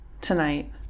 tonight